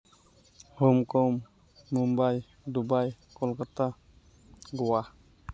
Hong Kong Mumbai Dubai Kolkata Goa